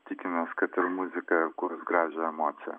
tikimės kad ir muzika kurs gražią emociją